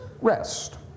rest